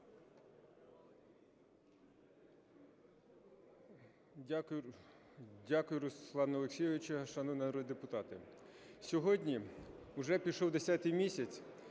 Дякую, Руслан Олексійович. Шановні народні депутати, сьогодні вже пішов десятий місяць,